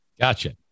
gotcha